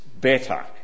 better